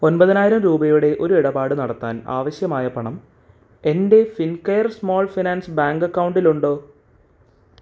ഒന്പതിനായിരം രൂപയുടെ ഒരു ഇടപാട് നടത്താൻ ആവശ്യമായ പണം എൻ്റെ ഫിൻകെയർ സ്മോൾ ഫിനാൻസ് ബാങ്ക് അക്കൗണ്ടിൽ ഉണ്ടോ